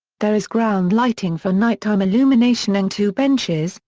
there is ground lighting for nighttime illumination and two benches,